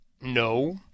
No